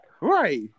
Right